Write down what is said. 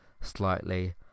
slightly